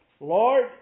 Lord